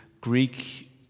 Greek